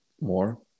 more